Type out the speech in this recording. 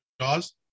Jaws